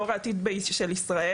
דור העתיד של ישראל,